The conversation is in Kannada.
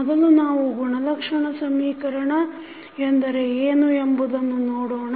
ಮೊದಲು ನಾವು ಗುಣಲಕ್ಷಣ ಸಮೀಕರಣ ಎಂದರೆ ಏನು ಎಂಬುದನ್ನು ನೋಡೋಣ